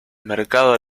mercado